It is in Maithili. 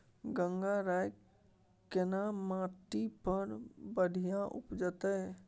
गंगराय केना माटी पर बढ़िया उपजते?